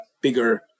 bigger